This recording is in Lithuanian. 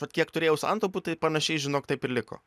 vat kiek turėjau santaupų tai panašiai žinok taip ir liko